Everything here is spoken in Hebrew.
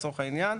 לצורך העניין,